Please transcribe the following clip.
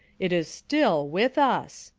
it is still with us.